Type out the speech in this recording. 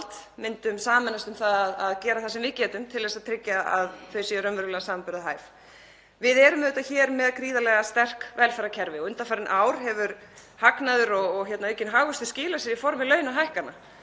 myndum sameinast um að gera það sem við getum til að tryggja að það sé raunverulega samanburðarhæft. Við erum auðvitað hér með gríðarlega sterk velferðarkerfi og undanfarin ár hefur hagnaður og aukinn hagvöxtur skilað sér í formi launahækkana.